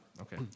Okay